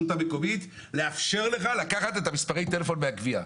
המקומית לאפשר לך לקחת את מספרי הטלפון מן הגבייה.